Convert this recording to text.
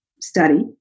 study